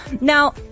Now